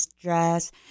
dress